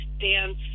dance